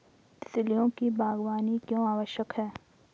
तितलियों की बागवानी क्यों आवश्यक है?